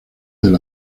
del